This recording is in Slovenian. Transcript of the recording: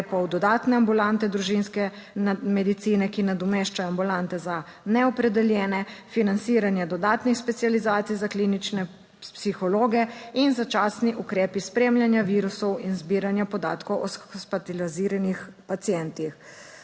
(nadaljevanje) medicine, ki nadomeščajo ambulante za neopredeljene, financiranje dodatnih specializacij za klinične psihologe in začasni ukrepi spremljanja virusov in zbiranja podatkov o hospitaliziranih pacientih.